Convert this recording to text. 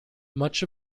much